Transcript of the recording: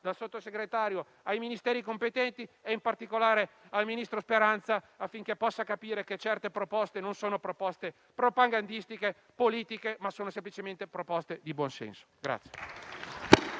dal Sottosegretario ai Ministeri competenti e in particolare al ministro Speranza affinché possa capire che certe proposte non sono propagandistiche e politiche, ma semplicemente proposte di buonsenso.